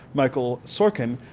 michael sorkin,